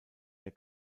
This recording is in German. der